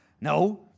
No